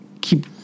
keep